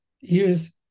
use